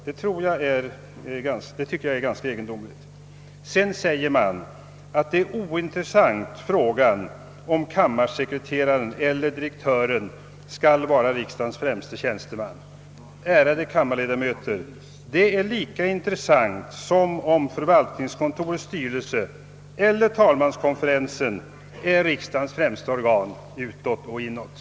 Det tycker jag är ganska egendomligt. Vidare sägs det att frågan om kammarsekreteraren eller direktören för förvaltningskontoret skall vara riksdagens främsta tiänsteman är ointressant. Ärade kammarledamöter! Det är lika intressant som frågan om förvaltningskontorets styrelse eller talmanskonferensen är riksdagens främsta organ utåt och inåt.